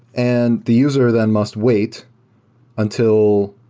and the user then must wait until